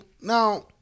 Now